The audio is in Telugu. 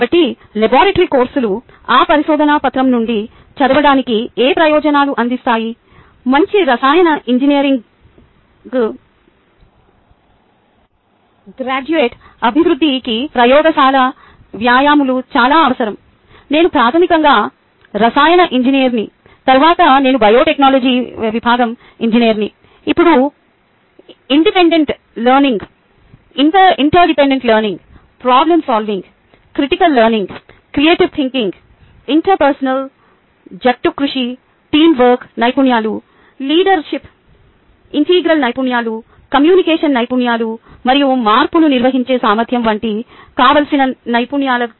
కాబట్టి లాబరేటరీ కోర్సులు ఆ పరిశోధన పత్రo నుండి చదవడానికి ఏ ప్రయోజనాలను అందిస్తాయి మంచి రసాయన ఇంజనీరింగ్ గ్రాడ్యుయేట్ అభివృద్ధికి ప్రయోగశాల వ్యాయామాలు చాలా అవసరం నేను ప్రాథమికంగా రసాయన ఇంజనీర్ని తరువాత నేను బయోలాజికల్ వ ఇంజనీర్ని ఇప్పుడు independent learning interdependent learning problem solving critical learning creative thinking interpersonal జట్టుకృషి టీమ్ వర్క్ నైపుణ్యాలు లీడర్ షిప్ ఇంటెగ్రాల్ నైపుణ్యాలు కమ్యూనికేషన్ నైపుణ్యాలు మరియు మార్పును నిర్వహించే సామర్థ్యం వంటి కావాల్సిన నైపుణ్యాలతో